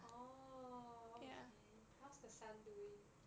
orh okay how's the son doing